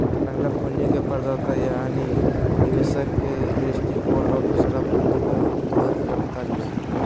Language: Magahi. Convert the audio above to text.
पहला पूंजी के प्रदाता यानी निवेशक के दृष्टिकोण और दूसरा पूंजी के उपयोगकर्ता के